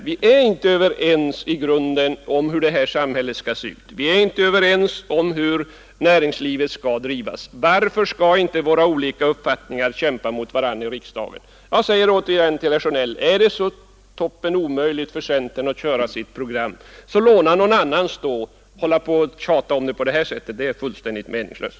Vi är inte överens i grunden om hur det här samhället skall se ut. Vi är inte överens om hur näringslivet skall drivas. Varför skall inte våra olika uppfattningar kämpa mot varandra i riksdagen? Jag säger återigen till herr Sjönell: Är det så toppenomöjligt för centern att köra sitt program, så låna någon annans! Att hålla på och tjata om det på detta sätt är fullständigt meningslöst.